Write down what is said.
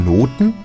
Noten